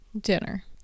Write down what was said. Dinner